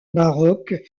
baroques